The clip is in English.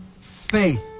faith